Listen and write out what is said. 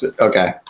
Okay